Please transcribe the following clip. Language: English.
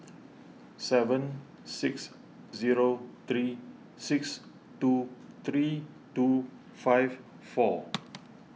seven six zero three six two three two five four